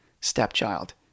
stepchild